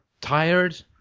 tired